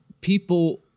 people